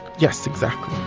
yes, exactly.